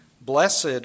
Blessed